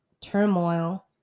turmoil